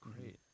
great